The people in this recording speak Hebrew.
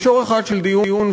מישור אחד של הדיון,